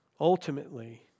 ultimately